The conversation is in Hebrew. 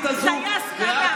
טייס קרנף.